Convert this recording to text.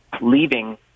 leaving